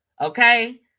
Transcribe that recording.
Okay